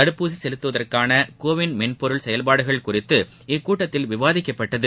தடுப்பூசி செலுத்துவதற்கான கோவின் மென்பொருள் செயல்பாடுகள் குறித்து இக்கூட்டத்தில் விவாதிக்கப்பட்டது